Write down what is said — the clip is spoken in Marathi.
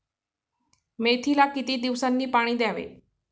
मेथीला किती दिवसांनी पाणी द्यावे?